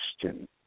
question